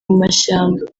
mashyamba